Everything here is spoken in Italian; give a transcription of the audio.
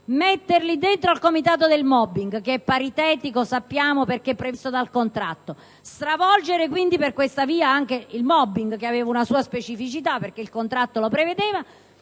metterli dentro al comitato del *mobbing* (che è paritetico, perché previsto dal contratto), stravolgere per questa via anche il *mobbing*, che aveva una sua specificità (perché il contratto lo prevedeva)